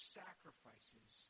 sacrifices